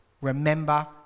remember